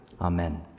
Amen